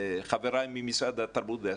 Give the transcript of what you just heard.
חבריי ממשרד התרבות והספורט.